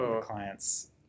clients